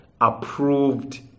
approved